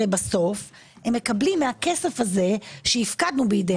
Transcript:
הרי בסוף הם מקבלים מהכסף הזה שהפקדנו בידיהם